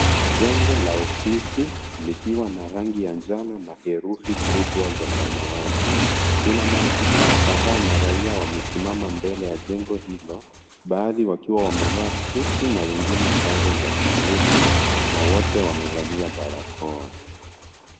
Jengo la ofisi likiwa na rangi ya njano na herufi kubwa za samawati. Kuna maafisa kadhaa na raia wamesimama mbele ya jengo hilo, baadhi wakiwa wamevaa suti na wengine sare za kijeshi. Na wote wamevalia barakoa.